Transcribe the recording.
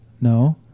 No